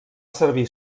servir